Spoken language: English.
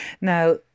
Now